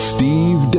Steve